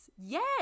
Yes